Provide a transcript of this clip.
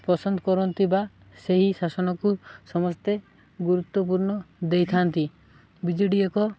ପସନ୍ଦ କରନ୍ତି ବା ସେହି ଶାସନକୁ ସମସ୍ତେ ଗୁରୁତ୍ୱପୂର୍ଣ୍ଣ ଦେଇଥାନ୍ତି ବି ଜେ ଡ଼ି ଏକ